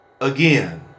again